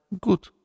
good